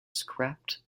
scrapped